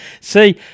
See